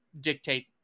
dictate